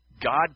God